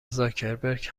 زاکبرک